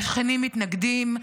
והשכנים מתנגדים,